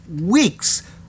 weeks